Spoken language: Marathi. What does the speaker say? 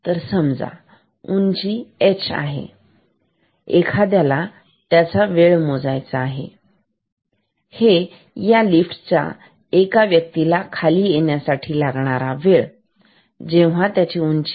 तर समजा उंची h आहे आणि एखाद्याला त्याचा वेळ मोजायचा हे या लिफ्ट चा एका व्यक्तीला खाली येण्यासाठी लागणारा वेळ जेव्हा उंची h असेल